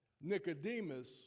Nicodemus